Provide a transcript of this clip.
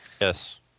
Yes